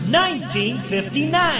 1959